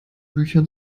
büchern